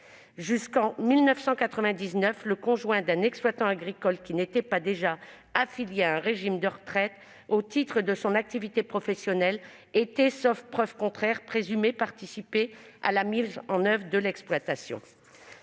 Jusqu'en 1999, le conjoint d'un exploitant agricole qui n'était pas déjà affilié à un régime de retraite au titre de son activité professionnelle était, sauf preuve contraire, présumé participer à la mise en valeur de l'exploitation.